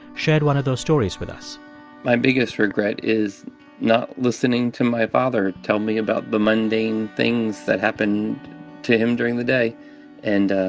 shared one of those stories with us my biggest regret is not listening to my father tell me about the mundane things that happened to him during the day and